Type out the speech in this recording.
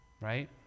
right